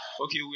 okay